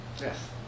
Yes